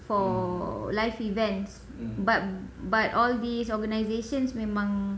for live events but but all these organisations memang